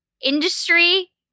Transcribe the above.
industry